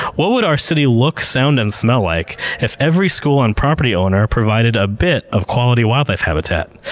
what would our city look, sound, and smell like if every school and property owner provided a bit of quality wildlife habitat?